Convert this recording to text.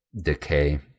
decay